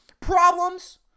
problems